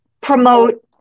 promote